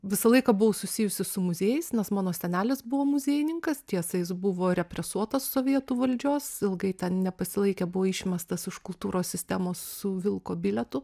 visą laiką buvau susijusi su muziejais nes mano senelis buvo muziejininkas tiesa jis buvo represuotas sovietų valdžios ilgai ten nepasilaikė buvo išmestas iš kultūros sistemos su vilko bilietu